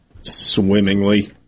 Swimmingly